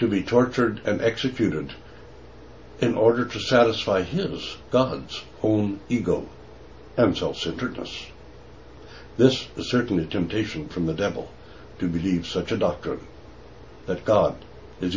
to be tortured and executed in order to satisfy his gods own ego and self centeredness this is certainly a temptation from the devil to believe such a doctor that god